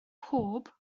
pob